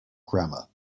grammar